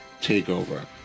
TakeOver